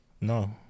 No